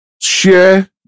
share